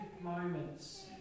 moments